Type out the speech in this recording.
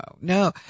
no